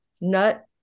nut